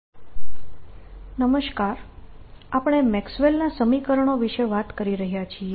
તરંગો અને તરંગ સમીકરણ આપણે મેક્સવેલના સમીકરણો Maxwell's equations વિશે વાત કરી રહ્યા છીએ